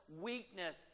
weakness